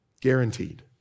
Guaranteed